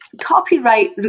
copyright